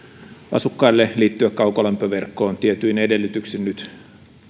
liittyä kaukolämpöverkkoon tietyin edellytyksin nyt